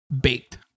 baked